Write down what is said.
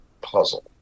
puzzle